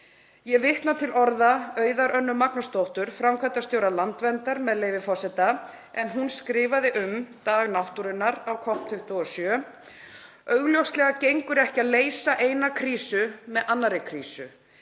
Ég vitna til orða Auðar Önnu Magnúsdóttur, framkvæmdastjóra Landverndar, með leyfi forseta, en hún skrifaði um dag náttúrunnar á COP27: „Augljóslega gengur ekki að leysa eina krísu með annarri krísu.